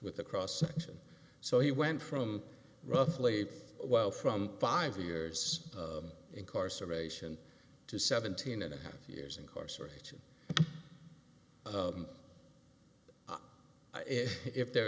with a cross section so he went from roughly well from five years of incarceration to seventeen and a half years incarceration if there